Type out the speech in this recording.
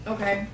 Okay